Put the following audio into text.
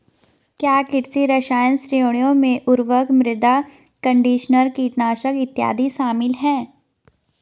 क्या कृषि रसायन श्रेणियों में उर्वरक, मृदा कंडीशनर, कीटनाशक इत्यादि शामिल हैं?